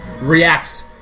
reacts